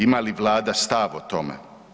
Ima li vlada stav o tome?